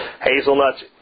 hazelnuts